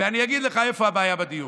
ואני אגיד לך איפה הבעיה בדיון.